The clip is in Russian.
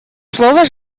слово